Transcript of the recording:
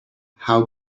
how